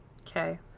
Okay